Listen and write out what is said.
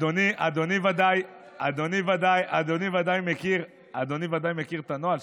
אדוני ודאי מכיר, אדוני ודאי מכיר את הנוהל.